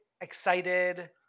excited